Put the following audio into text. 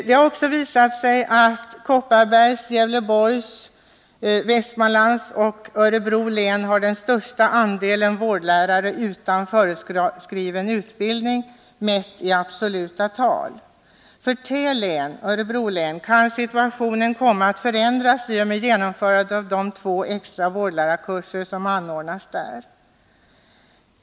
Det har också visat sig att Kopparbergs, Gävleborgs, Västmanlands och Örebro län har den största andelen vårdlärare utan föreskriven utbildning, mätt i absoluta tal. För Örebro län kan situationen komma att förändras i och med genomförandet av de två extra vårdlärarkurserna där.